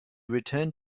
returned